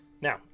Now